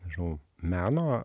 nežinau meno